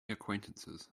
acquaintances